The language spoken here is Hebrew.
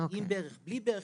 ועם ברך ובלי ברך.